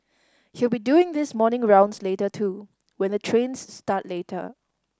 he'll be doing the morning rounds later too when the trains start later